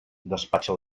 despatxa